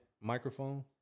microphone